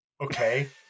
okay